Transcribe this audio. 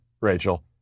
Rachel